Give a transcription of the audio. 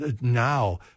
now